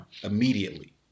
immediately